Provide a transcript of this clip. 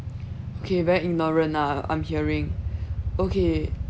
okay very ignorant lah I'm hearing okay